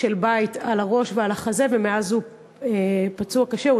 של בית על הראש שלו ועל החזה, ומאז הוא פצוע קשה.